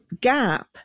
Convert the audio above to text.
gap